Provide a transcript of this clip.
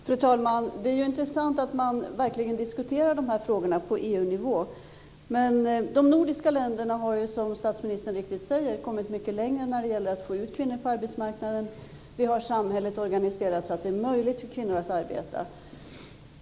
Fru talman! Det är ju intressant att man verkligen diskuterar dessa frågor på EU-nivå. Men de nordiska länderna har, som statsministern mycket riktigt säger, kommit mycket längre när det gäller att få ut kvinnor på arbetsmarknaden. Vi har samhället organiserat så att det är möjligt för kvinnor att arbeta.